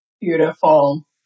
Beautiful